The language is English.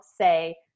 say